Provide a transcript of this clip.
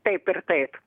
taip ir taip